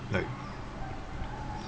like